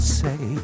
say